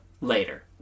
later